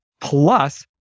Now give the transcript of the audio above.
plus